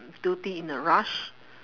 do thing in a rush